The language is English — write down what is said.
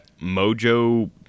Mojo